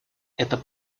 это